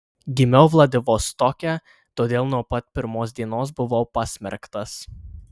gimiau vladivostoke todėl nuo pat pirmos dienos buvau pasmerktas